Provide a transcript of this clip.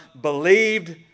believed